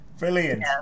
Brilliant